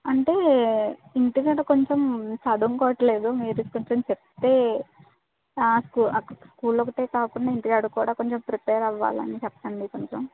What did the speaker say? అంటే ఇంటికాడ కొంచెం చదువుకోవట్లేదు మీరు కొంచెం చెప్తే స్కూల్ స్కూల్ ఒకటే కాకుండా ఇంటికాడ కూడా కొంచెం ప్రిపేర్ అవ్వాలని చెప్పండి కొంచెం